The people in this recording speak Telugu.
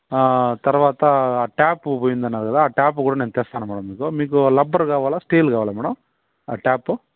తరవాత ట్యాపు పోయింది అన్నారు కదా ఆ ట్యాప్ కూడా నేను తెస్తాను మేడం మీకు మీకు రబ్బర్ కావాలా స్టీల్ కావాలా మేడం ఆ ట్యాపు